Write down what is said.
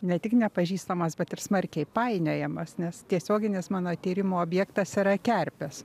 ne tik nepažįstamas bet ir smarkiai painiojamas nes tiesioginis mano tyrimų objektas yra kerpės